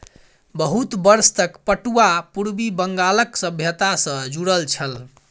बहुत वर्ष तक पटुआ पूर्वी बंगालक सभ्यता सॅ जुड़ल छल